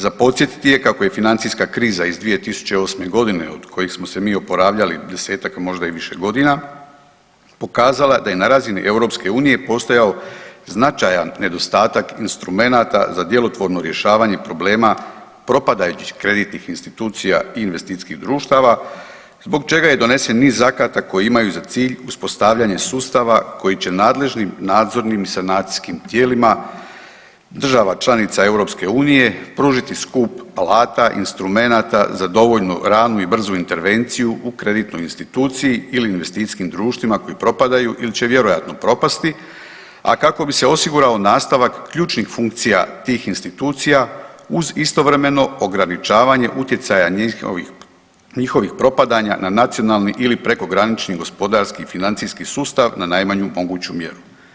Za podsjetiti je kako je financijska kriza iz 2008. godine od koje smo se mi oporavljali 10-ak, a možda i više godina pokazala da je na razini EU postojao značajan nedostatak instrumenata za djelotvorno rješavanje problema propadajućih kreditnih institucija i investicijskih društva zbog čega je donesen niz akata koji imaju za cilj uspostavljanje sustava koji će nadležnim nadzornim i sanacijskim tijelima država članica EU pružiti skup alata, instrumenata za dovoljno ranu i brzu intervenciju u kreditnoj instituciji ili investicijskim društvima koji propadaju ili će vjerojatno propasti, a kako bi se osigurao nastavak ključnih funkcija tih institucija uz istovremeno ograničavanje utjecaja njihovih propadanja na nacionalni ili prekogranični gospodarski financijski sustav na najmanju moguću mjeru.